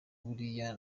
buriya